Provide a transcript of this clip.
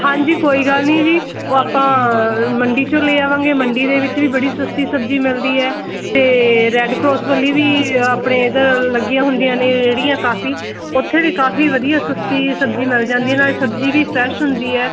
ਹਾਂਜੀ ਕੋਈ ਗੱਲ ਨਹੀਂ ਜੀ ਉਹ ਆਪਾਂ ਮੰਡੀ 'ਚੋਂ ਲੈ ਆਵਾਂਗੇ ਮੰਡੀ ਦੇ ਵਿੱਚ ਵੀ ਬੜੀ ਸਸਤੀ ਸਬਜ਼ੀ ਮਿਲਦੀ ਹੈ ਅਤੇ ਰੈਡ ਕਰੋਸ ਵਾਲੀ ਵੀ ਆਪਣੇ ਇੱਧਰ ਲੱਗੀਆਂ ਹੁੰਦੀਆਂ ਨੇ ਰੇਹੜੀਆਂ ਕਾਫ਼ੀ ਉੱਥੇ ਵੀ ਕਾਫ਼ੀ ਵਧੀਆ ਸਸਤੀ ਸਬਜ਼ੀ ਮਿਲ ਜਾਂਦੀ ਨਾਲ ਸਬਜ਼ੀ ਵੀ ਫਰੈਸ਼ ਹੁੰਦੀ ਹੈ